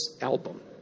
album